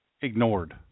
ignored